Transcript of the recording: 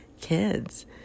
kids